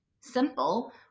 simple